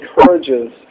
encourages